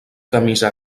camisa